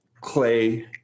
clay